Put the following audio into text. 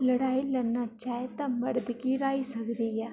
लड़ाई लड़ने च आई जा तां मर्द गी हराई सकदी ऐ